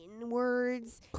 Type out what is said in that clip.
inwards